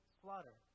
slaughter